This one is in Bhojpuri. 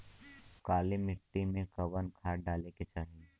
काली मिट्टी में कवन खाद डाले के चाही?